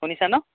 শুনিছা ন